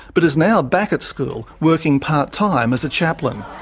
but is now back at school, working part-time as a chaplain.